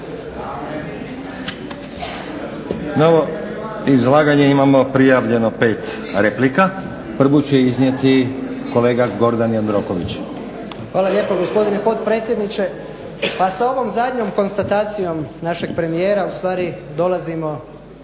ovo izlaganje imamo prijavljeno pet replika. Prvu će iznijeti kolega Gordan Jandroković. **Jandroković, Gordan (HDZ)** Hvala lijepa gospodine potpredsjedniče. Pa sa ovom zadnjom konstatacijom našeg premijera ustvari dolazimo